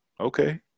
Okay